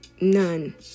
None